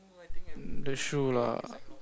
that's true lah